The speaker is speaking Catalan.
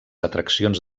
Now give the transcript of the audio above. atraccions